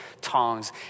tongs